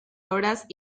obras